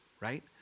right